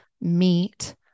meet